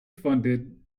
funded